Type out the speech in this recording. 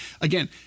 again